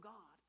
God